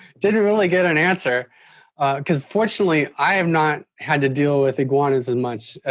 didn't really get an answer because fortunately i have not had to deal with iguanas as much.